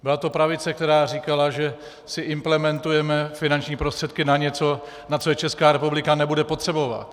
Byla to pravice, která říkala, že si implementujeme finanční prostředky na něco, na co je Česká republika nebude potřebovat.